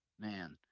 Man